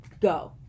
Go